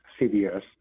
cbs